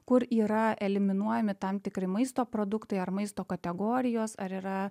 kur yra eliminuojami tam tikri maisto produktai ar maisto kategorijos ar yra